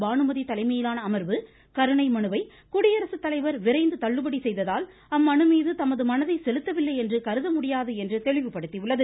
பானுமதி தலைமையிலான அமர்வு கருணை மனுவை குடியரசு தலைவர் விரைந்து தள்ளுபடி செய்ததால் அம்மனு மீது தமது மனதை செலுத்தவில்லை என்று கருதமுடியாது என்று தெளிவுபடுத்தி உள்ளது